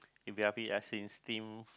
as in steams